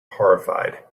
horrified